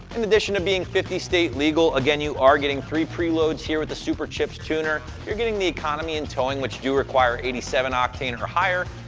in addition to being fifty state legal, again, you are getting three pre-loads here with the superchips tuner. you're getting the economy and towing, which do require eighty seven octane or higher,